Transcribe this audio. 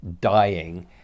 dying